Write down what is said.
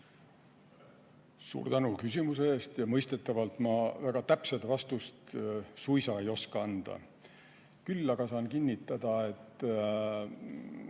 Suur tänu küsimuse eest! Mõistetavalt ma väga täpset vastust ei oska anda. Küll aga saan kinnitada, et